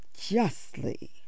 justly